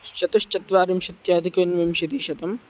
चतुश्चत्वारिंशत्यधिकम् ऊनविंशतिशतम्